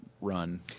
run